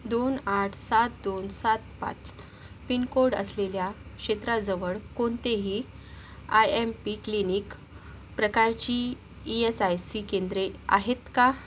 दोन आठ सात दोन सात पाच पिनकोड असलेल्या क्षेत्राजवळ कोणतेही आय एम पी क्लिनिक प्रकारची ई यस आय सी केंद्रे आहेत का